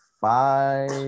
five